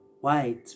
white